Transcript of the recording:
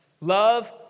Love